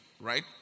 right